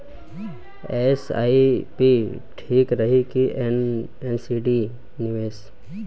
SIP ठीक रही कि एन.सी.डी निवेश?